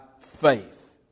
faith